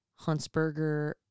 Huntsberger